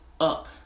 up